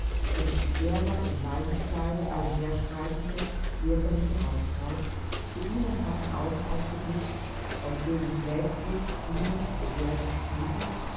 und die ehrbar im leinenkleide einherschreitende bürgerliche hausfrau zu ihnen hatten augen aufgeblickt aus denen weltlust glühend begehrlich sprühte